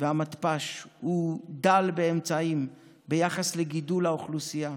והמתפ"ש דל באמצעים ביחס לגידול האוכלוסייה.